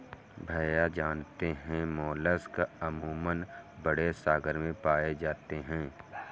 भैया जानते हैं मोलस्क अमूमन बड़े सागर में पाए जाते हैं